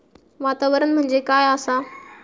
वातावरण म्हणजे काय आसा?